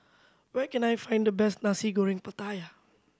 where can I find the best Nasi Goreng Pattaya